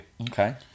Okay